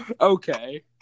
okay